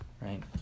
right